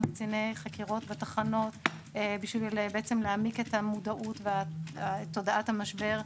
קציני חקירות בתחנות בשביל להעמיק את המודעות ואת תודעת המשבר,